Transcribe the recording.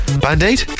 Band-Aid